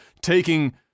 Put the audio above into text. taking